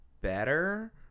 better